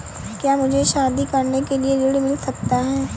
क्या मुझे शादी करने के लिए ऋण मिल सकता है?